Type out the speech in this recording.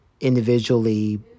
individually